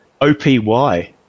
OPY